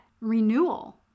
renewal